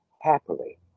happily